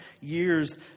years